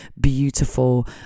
beautiful